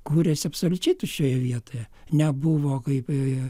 kūrėsi absoliučiai tuščioje vietoje nebuvo kaip